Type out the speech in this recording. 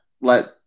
let